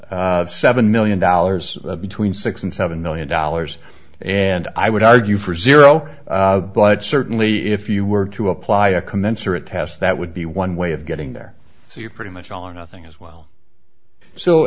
seven million dollars between six and seven million dollars and i would argue for zero but certainly if you were to apply a commensurate test that would be one way of getting there so you're pretty much all or nothing as well so